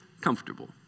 comfortable